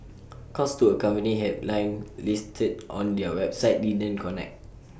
calls to A company helpline listed on their website didn't connect